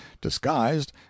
disguised